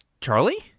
Charlie